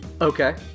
Okay